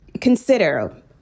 consider